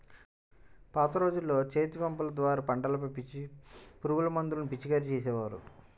పాత రోజుల్లో చేతిపంపుల ద్వారా పంటలపై పురుగుమందులను పిచికారీ చేసేవారు